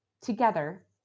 together